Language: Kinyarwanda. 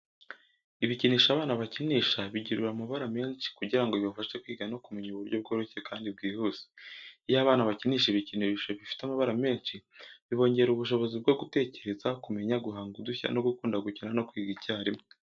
Ibikinisho abana bakinisha bigira amabara menshi kugira ngo bibafashe kwiga no kumenya mu buryo bworoshye kandi bwihuse. Iyo abana bakinisha ibikinisho bifite amabara menshi, bibongerera ubushobozi bwo gutekereza, kumenya, guhanga udushya no gukunda gukina no kwiga icyarimwe.